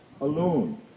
alone